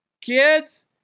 kids